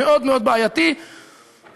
בעייתי מאוד מאוד.